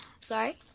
sorry